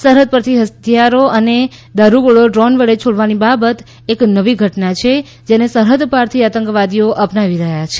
સરહદ પરથી હથિયારો અને દારૂગોળો ડ્રોન વડે છોડવાની બાબત એક નવી ઘટના છે જેને સરહદ પારથી આતંકવાદીઓ અપનાવી રહ્યા છે